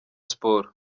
sports